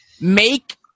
Make